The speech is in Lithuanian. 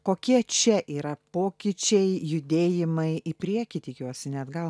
kokie čia yra pokyčiai judėjimai į priekį tikiuosi ne atgal